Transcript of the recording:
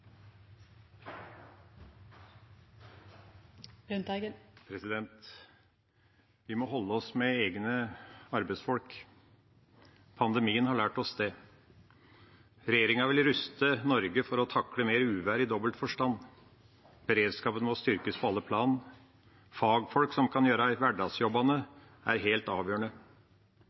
Vi må holde oss med egne arbeidsfolk. Pandemien har lært oss det. Regjeringa vil ruste Norge for å takle mer uvær, i dobbelt forstand. Beredskapen må styrkes på alle plan. Fagfolk som kan gjøre hverdagsjobbene, er helt avgjørende.